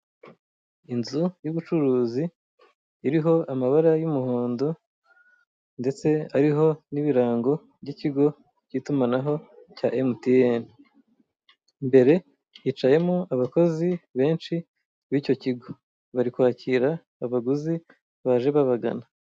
Inzu y'ubucuruzi iriho amabara y'umuhondo ndetse hariho n'ibirango by'ikigo cy'itumanaho cya emutiyene, imbere hicayemo abakozi benshi b'icyo kigo bari kwakira abaguzi baje babagana.